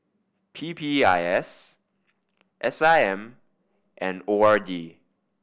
P P I S S I M and O R D